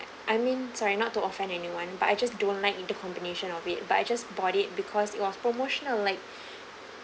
I mean sorry not to offend anyone but I just don't like inter-combination of it but I just bought it because was promotional like